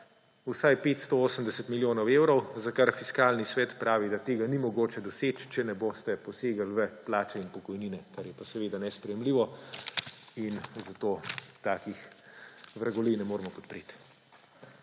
vsaj 580 milijonov evrov, za kar Fiskalni svet pravi, da tega ni mogoče doseči, če ne boste posegali v plače in pokojnine, kar je pa seveda nesprejemljivo. In zato takih vragolij ne moremo podpreti.